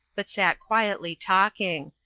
but sat quietly talking.